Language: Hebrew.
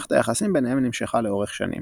שמערכת היחסים ביניהם נמשכה לאורך שנים.